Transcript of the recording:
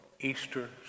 Easter